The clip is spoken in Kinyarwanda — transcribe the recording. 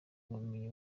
ubumenyi